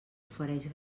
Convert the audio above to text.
ofereix